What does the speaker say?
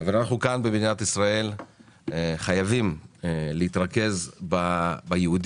אבל אנחנו כאן במדינת ישראל חייבים להתרכז ביהודים,